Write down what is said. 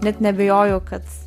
net neabejoju kad